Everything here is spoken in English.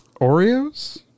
Oreos